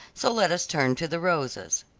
so let us turn to the rosas.